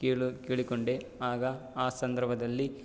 ಕೇಳು ಕೇಳಿಕೊಂಡೆ ಆಗ ಆ ಸಂದರ್ಭದಲ್ಲಿ